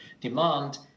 demand